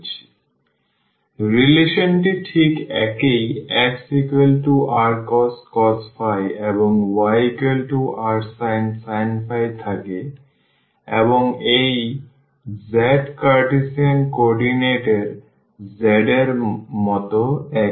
সুতরাং রিলেশনটি ঠিক একই xrcos এবং yrsin থাকে এবং এই z কার্টেসিয়ান কোঅর্ডিনেট এর z এর মতো একই